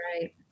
right